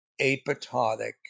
apoptotic